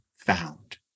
found